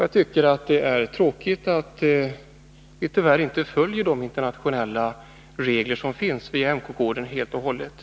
Jag tycker att det är tråkigt att vi inte fullt ut följer de internationella regler som finns i IMCO-koden.